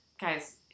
guys